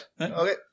Okay